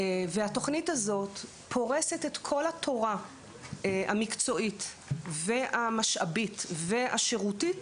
והתוכנית הזאת פורשת את כל התורה המקצועית והמשאבית והשירותית